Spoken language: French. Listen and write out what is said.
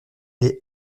les